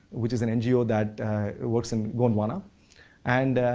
which is an ngo that works in gondwana and